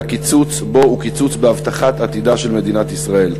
והקיצוץ בו הוא קיצוץ בהבטחת עתידה של מדינת ישראל.